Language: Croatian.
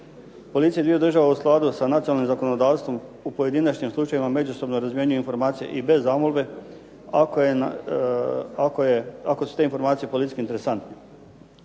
Policije dviju država u skladu sa nacionalnim zakonodavstvom u pojedinačnim slučajevima međusobno razmjenjuju informacije i bez zamolbe ako su te informacije policijski interesantne.